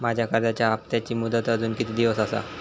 माझ्या कर्जाचा हप्ताची मुदत अजून किती दिवस असा?